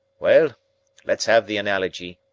we'll let's have the analogy.